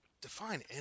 Define